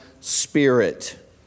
spirit